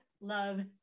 love